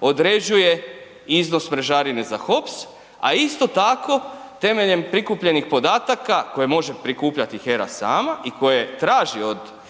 određuje iznos mrežarine za HOPS, a isto tako temeljem prikupljenih podataka, koje može prikupljati HERA sama i koje traži